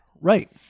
Right